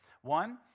One